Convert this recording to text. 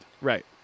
Right